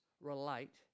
relate